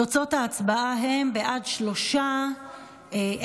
תוצאות ההצבעה הן שלושה בעד,